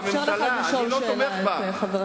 אני אאפשר לך לשאול שאלה את חבר הכנסת טלב אלסאנע.